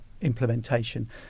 implementation